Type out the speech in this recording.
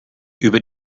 über